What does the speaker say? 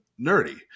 nerdy